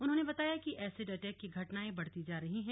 उन्होंने बताया कि एसिड अटैक की घटनाएं बढ़ती जा रही है